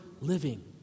living